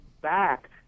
back